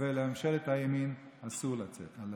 ולממשלת הימין אסור לתת.